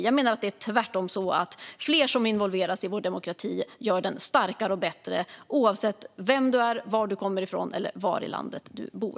Jag menar att det är tvärtom så att fler som involveras i vår demokrati gör den starkare och bättre oavsett vem du är, varifrån du kommer eller var i landet du bor.